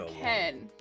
Ken